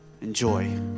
Enjoy